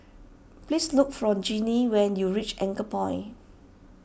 please look for Gennie when you reach Anchorpoint